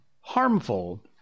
harmful